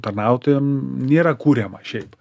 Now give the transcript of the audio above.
tarnautojam nėra kuriama šiaip